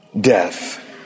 death